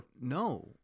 no